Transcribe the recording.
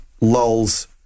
lulls